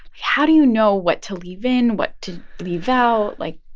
how do you know what to leave in, what to leave out? like,